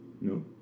No